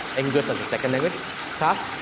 english as a second language class,